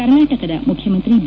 ಕರ್ನಾಟಕದ ಮುಖ್ಯಮಂತ್ರಿ ಬಿ